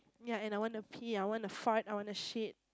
ya and I wanna pee I wanna fart I wanna shit